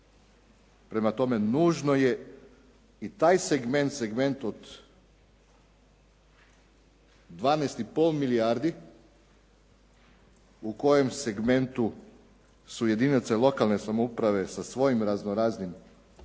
Prema tome nužno je i taj segment, segment od 12,5 milijardi u kojem segmentu su jedinice lokalne samouprave sa svojim razno-raznim